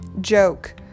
Joke